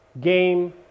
game